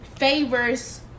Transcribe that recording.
favors